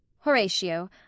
horatio